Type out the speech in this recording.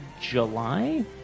July